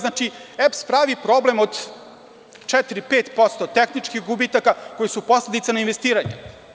Znači EPS pravi problem od 4-5% tehničkih gubitaka koji su posledica ne investiranja.